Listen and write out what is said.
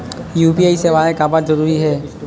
UPI सेवाएं काबर जरूरी हे?